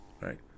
Right